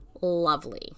lovely